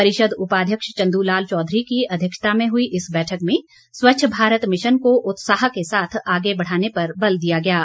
परिषद उपाध्यक्ष चंदू लाल चौधरी की अध्यक्षता में हुई इस बैठक में स्वच्छ भारत मिशन को उत्साह के साथ आगे बढ़ाने पर बल दिया गया है